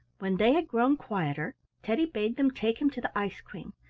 when they had grown quieter teddy bade them take him to the ice-queen,